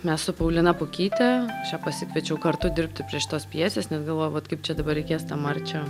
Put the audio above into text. mes su paulina pukyte aš ją pasikviečiau kartu dirbti prie šitos pjesės nes galvojau vat kaip čia dabar reikės tą marčią